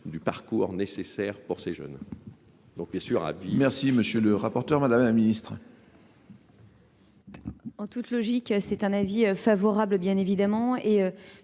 du parcours nécessaire pour ces jeunes. Merci monsieur le rapporteur, madame la ministre. En toute logique c'est un avis favorable bien évidemment et